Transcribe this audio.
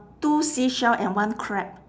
two seashell and one crab